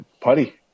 Putty